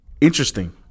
Interesting